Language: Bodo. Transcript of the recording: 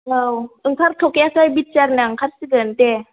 औ ओंखारथ'खायाखै बि टि आरना ओंखारसिगोन दे